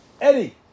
Eddie